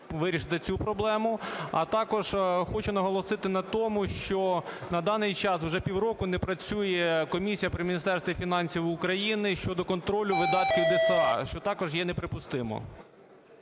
вирішите цю проблему. А також хочу наголосити на тому, що на даний час вже півроку не працює комісія при Міністерстві фінансів України щодо контролю видатків ДСА, що також є неприпустимо.